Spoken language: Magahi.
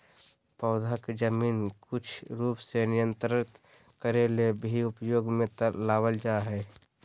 पौधा के जीवन कुछ रूप के नियंत्रित करे ले भी उपयोग में लाबल जा हइ